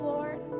Lord